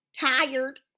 tired